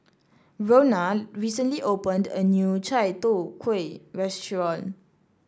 Ronna recently opened a new Chai Tow Kuay restaurant